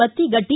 Mattigatta